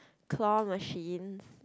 claw machines